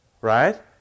right